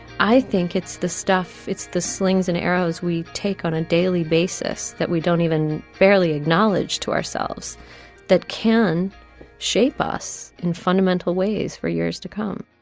i think it's the stuff. it's the slings and arrows we take on a daily basis that we don't even fairly acknowledge to ourselves that can shape us in fundamental ways for years to come